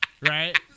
right